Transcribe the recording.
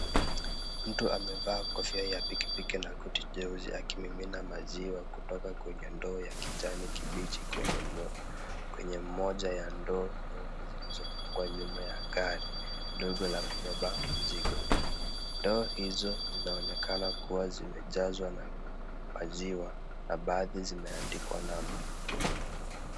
Mtu amevaa kofia ya pikipiki na koti jeusi akimimina maziwa kutoka kwenye ndoo ya kijani kibichi, kwenye moja ya ndoo nyeupe zilizopangwa nyuma ya gari ndogo la kubeba mzigo. Ndoo hizo zinaonekana kuwa zimejazwa na maziwa na baadhi zimeandikwa namba .